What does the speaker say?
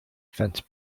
fence